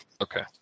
Okay